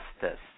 justice